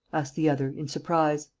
asked the other, in surprise.